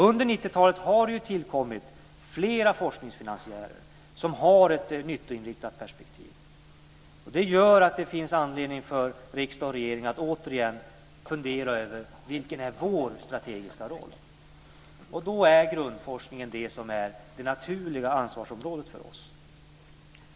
Under 90-talet har det tillkommit flera forskningsfinansiärer som har ett nyttoinriktat perspektiv. Det gör att det finns anledning för riksdag och regering att återigen fundera över: Vilken är vår strategiska roll? Då är grundforskningen det som är det naturliga ansvarsområdet för oss.